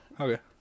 okay